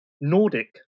Nordic